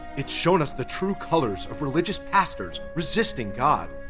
it's shown us the true colors of religious pastors resisting god.